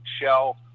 shell